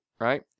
right